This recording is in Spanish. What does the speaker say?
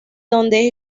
donde